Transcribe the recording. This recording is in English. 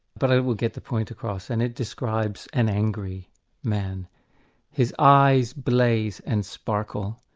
but i will get the point across, and it describes an angry man his eyes blaze and sparkle,